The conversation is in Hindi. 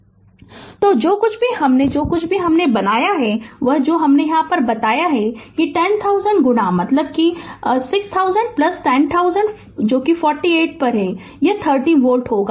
Refer Slide Time 2120 तो जो कुछ भी हमने जो कुछ भी बनाया है वह जो मैंने बताया है कि 10000 गुणा 6000 10000 48 यह 30 वोल्ट होगा